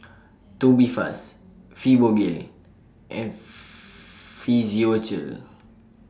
Tubifast Fibogel and Physiogel